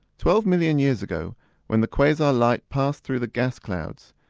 twelve million years ago when the quasar light passed through the gas clouds,